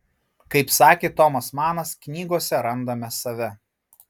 kaip sakė tomas manas knygose randame save